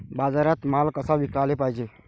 बाजारात माल कसा विकाले पायजे?